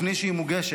לפני שהיא מוגשת,